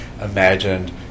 imagined